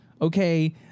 Okay